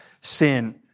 sin